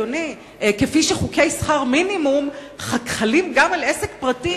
כפי שחוקי שכר מינימום חלים גם על עסק פרטי,